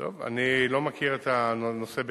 אני לא מכיר את הנושא בטבריה.